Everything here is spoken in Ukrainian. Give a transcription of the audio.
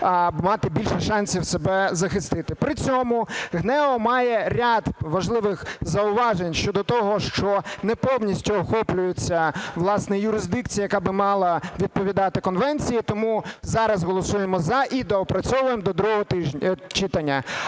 мати більше шансів себе захистити. При цьому ГНЕУ має ряд важливих зауважень щодо того, що не повністю охоплюється власне юрисдикція, яка би мала відповідати конвенції. Тому зараз голосуємо "за" і доопрацьовуємо до другого читання.